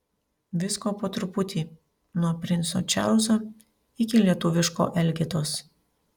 visko po truputį nuo princo čarlzo iki lietuviško elgetos